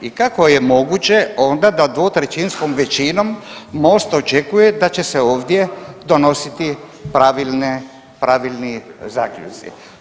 I kako je moguće onda da dvotrećinskom većinom Most očekuje da će se ovdje donositi pravilni zaključci?